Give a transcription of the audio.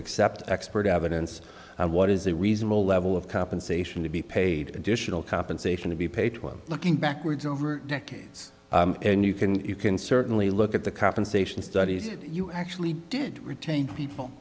except expert evidence what is a reasonable level of compensation to be paid additional compensation to be paid when looking backwards over decades and you can you can certainly look at the compensation studies if you actually did retain people